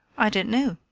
i don't know,